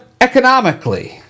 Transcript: economically